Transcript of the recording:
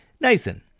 Nathan